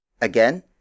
again